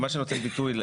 מה שנותן ביטוי,